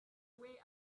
way